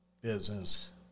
business